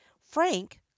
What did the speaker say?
Frank